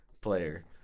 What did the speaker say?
player